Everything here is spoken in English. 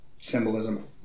symbolism